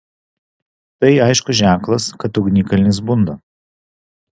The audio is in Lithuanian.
tai aiškus ženklas kad ugnikalnis bunda